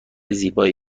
زیبایی